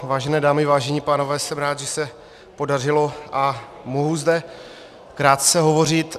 Vážené dámy, vážení pánové, jsem rád, že se podařilo a mohu zde krátce hovořit.